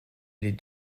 les